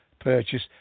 purchase